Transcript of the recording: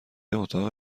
اتاق